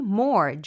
more